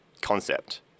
concept